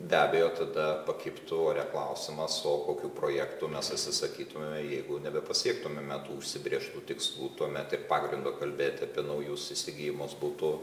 be abejo tada pakibtų ore klausimas o kokių projektų mes atsisakytumėme jeigu nebepasiektumėme tų užsibrėžtų tikslų tuomet ir pagrindo kalbėti apie naujus įsigijimus būtų